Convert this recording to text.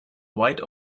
white